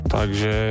Takže